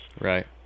Right